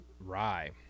rye